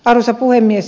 arvoisa puhemies